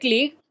League